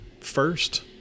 first